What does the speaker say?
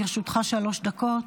לרשותך שלוש דקות.